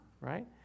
right